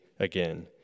again